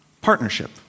Partnership